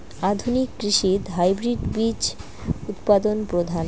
আধুনিক কৃষিত হাইব্রিড বীজ উৎপাদন প্রধান